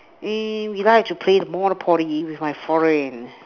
we we like to play the Monopoly with my friend